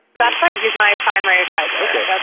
that's right, he is my primary advisor ok,